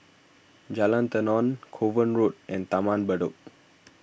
Jalan Tenon Kovan Road and Taman Bedok